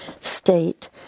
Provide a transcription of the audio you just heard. state